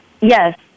Yes